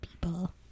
people